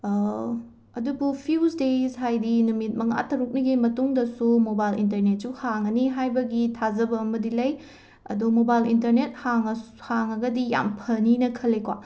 ꯑꯗꯨꯕꯨ ꯐ꯭ꯌꯨꯁ ꯗꯦꯁ ꯍꯥꯏꯗꯤ ꯅꯨꯃꯤꯠ ꯃꯉꯥ ꯇꯔꯨꯛꯅꯤꯒꯤ ꯃꯇꯨꯡꯗꯁꯨ ꯃꯣꯕꯥꯏꯜ ꯏꯟꯇꯔꯅꯦꯠꯁꯨ ꯍꯥꯡꯉꯅꯤ ꯍꯥꯏꯕꯒꯤ ꯊꯥꯖꯕ ꯑꯃꯗꯤ ꯂꯩ ꯑꯗꯣ ꯃꯣꯕꯥꯏꯜ ꯏꯟꯇꯔꯅꯦꯠ ꯍꯥꯡꯉꯁꯨ ꯍꯥꯡꯉꯒꯗꯤ ꯌꯥꯝ ꯐꯅꯤꯅ ꯈꯜꯂꯦ ꯀꯣ